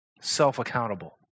self-accountable